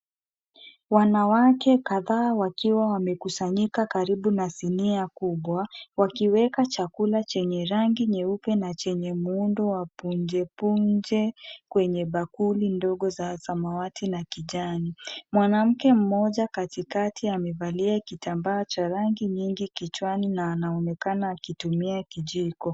Wanawake kadhaa wakiwa wamekusanyika karibu na sinia kubwa, wakiweka chakula chenye rangi nyeupe na chenye muundo wa punje punje kwenye bakuli ndogo za samawati na kijani. Mwanamke mmoja katikati amevalia kitambaa cha rangi nyingi kichwani na anaonekana akitumia kijiko.